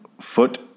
foot